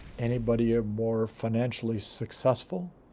anybody ah more financially successful?